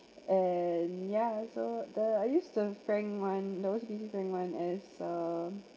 and ya so the I used the frank [one] that was between twenty-one as a